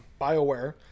BioWare